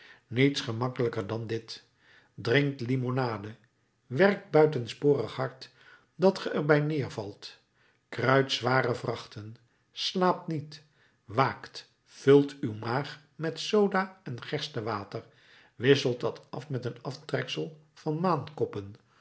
niets gemakkelijker dan dit drinkt limonade werkt buitensporig hard dat ge er bij neervalt kruit zware vrachten slaapt niet waakt vult uw maag met soda en gerstewater wisselt dat af met een aftreksel van